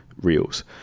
reels